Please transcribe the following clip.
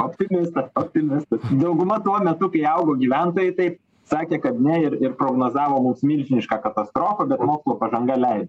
optimistas optimistas dauguma tuo metu kai augo gyventojai tai sakė kad ne ir ir prognozavo mums milžinišką katastrofą bet mokslo pažanga lei